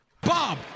Bob